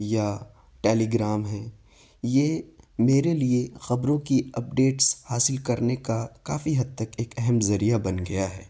یا ٹیلیگرام ہے یہ میرے لیے خبروں کی اپڈیٹس حاصل کرنے کا کافی حد تک ایک اہم ذریعہ بن گیا ہے